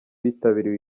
bitabiriye